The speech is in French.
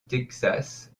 texas